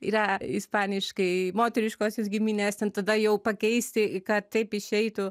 yra ispaniškai moteriškosios giminės ten tada jau pakeisti į ką taip išeitų